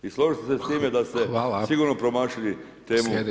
I složit ću se s time da ste sigurno promašili temu